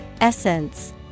Essence